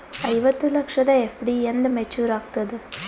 ಐವತ್ತು ಲಕ್ಷದ ಎಫ್.ಡಿ ಎಂದ ಮೇಚುರ್ ಆಗತದ?